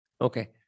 Okay